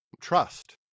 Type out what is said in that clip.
trust